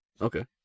Okay